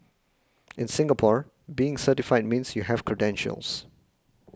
in Singapore being certified means you have credentials